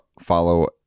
follow